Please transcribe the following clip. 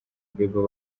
bieber